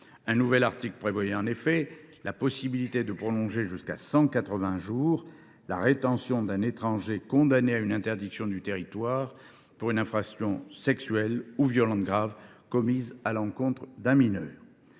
Un nouvel article prévoyait, en effet, la possibilité de prolonger jusqu’à 180 jours la durée de rétention d’un étranger condamné à une interdiction du territoire pour une infraction sexuelle ou violente grave commise à l’encontre d’un mineur.